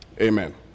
Amen